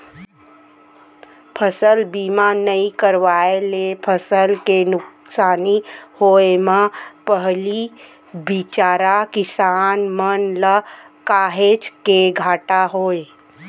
फसल बीमा नइ करवाए ले फसल के नुकसानी होय म पहिली बिचारा किसान मन ल काहेच के घाटा होय